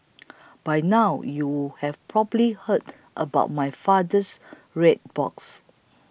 by now you have probably heard about my father's red box